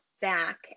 Back